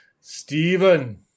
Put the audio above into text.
Stephen